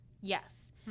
Yes